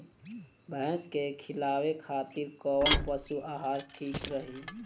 भैंस के खिलावे खातिर कोवन पशु आहार ठीक रही?